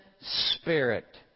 spirit